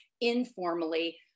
informally